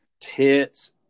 tits